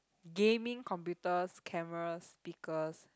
gaming computers cameras speakers